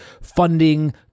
funding